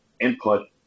input